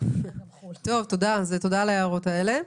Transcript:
תודה על ההערות האלה.